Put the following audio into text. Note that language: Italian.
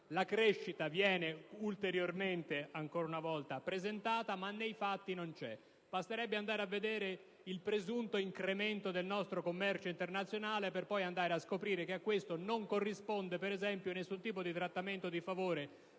La crescita viene ulteriormente, ancora una volta, presentata ma, nei fatti, non c'è. Basterebbe andare a vedere il presunto incremento del nostro commercio internazionale, per poi andare a scoprire che a questo non corrisponde, per esempio, nessun tipo di trattamento di favore